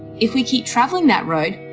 if we keep travelling that road,